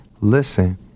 listen